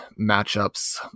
matchups